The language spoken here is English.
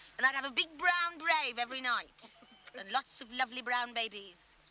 and i'd have a big brown brave every night and lots of lovely brown babies.